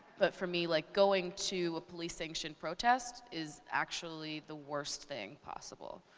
but for me, like going to a police sanction protest is actually the worst thing possible.